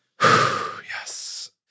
Yes